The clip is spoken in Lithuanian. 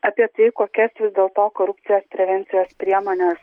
apie tai kokias vis dėl to korupcijos prevencijos priemones